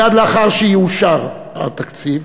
מייד לאחר שיאושר התקציב,